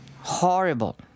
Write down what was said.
horrible